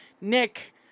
Nick